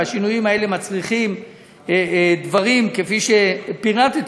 והשינויים האלה מצריכים דברים כפי שפירטתי,